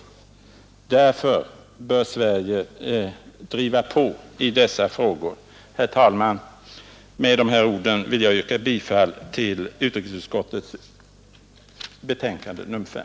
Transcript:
Därför bör Sverige driva på i dessa frågor. Herr talman! Med de här orden vill jag yrka bifall till utskottets hemställan i betänkandet nr 5.